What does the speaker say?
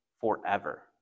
forever